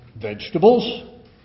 vegetables